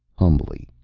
humbly,